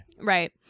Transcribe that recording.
Right